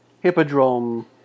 Hippodrome